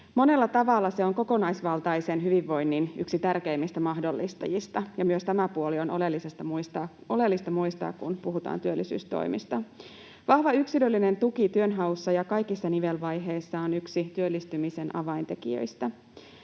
Monella tavalla se on yksi kokonaisvaltaisen hyvinvoinnin tärkeimmistä mahdollistajista, ja myös tämä puoli on oleellista muistaa, kun puhutaan työllisyystoimista. Vahva yksilöllinen tuki työnhaussa ja kaikissa nivelvaiheissa on yksi työllistymisen avaintekijöistä.